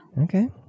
Okay